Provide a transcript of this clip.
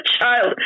child